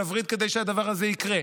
על הווריד כדי שהדבר הזה יקרה,